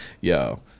Yo